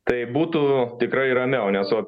taip būtų tikrai ramiau nes o